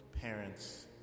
parents